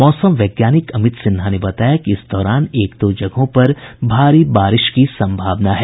मौसम वैज्ञानिक अमित सिन्हा ने बताया कि इस दौरान एक दो जगहों पर भारी बारिश की भी संभावना है